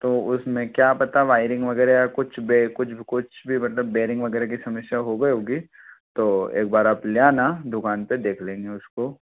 तो उसमें क्या पता वायरिंग वगैरह या कुछ बे कुछ भी कुछ भी मतलब बेरिंग वगैरह की समस्या हो गई होगी तो एक बार आप ले आना दुकान पर देख लेंगे उसको